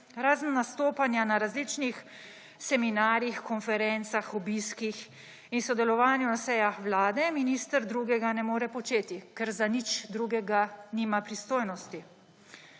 Razen nastopanja na različnih seminarjih, konferencah, obiskih in sodelovanju na sejah vlade minister drugega ne more početi – ker za nič drugega nima pristojnosti.